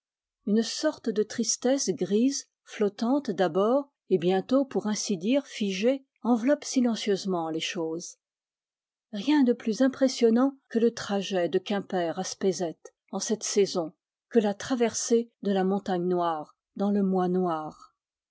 une sorte de tristesse grise flottante d'abord et bientôt pour ainsi dire figée enveloppe silencieusement les choses rien de plus impressionnant que le trajet de quimper à spézet en cette saison que la traversée de la montagne noire dans le mois noir